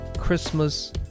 Christmas